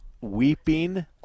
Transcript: Weeping